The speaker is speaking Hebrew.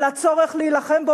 על הצורך להילחם בו,